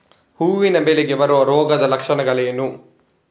ಹೂವಿನ ಬೆಳೆಗೆ ಬರುವ ರೋಗದ ಲಕ್ಷಣಗಳೇನು?